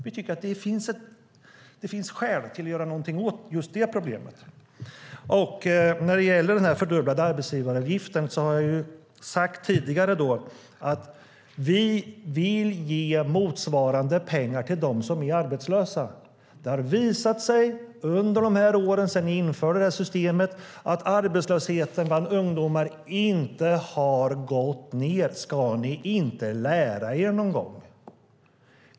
Vi tycker att det finns skäl att göra något åt just det problemet. När det gäller den fördubblade arbetsgivaravgiften har jag sagt tidigare att vi vill ge motsvarande pengar till dem som är arbetslösa. Det har visat sig under åren sedan ni införde det här systemet att arbetslösheten bland ungdomar inte har minskat. Ska ni inte lära er någon gång?